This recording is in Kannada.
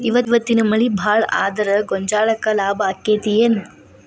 ಇವತ್ತಿನ ಮಳಿ ಭಾಳ ಆದರ ಗೊಂಜಾಳಕ್ಕ ಲಾಭ ಆಕ್ಕೆತಿ ಏನ್?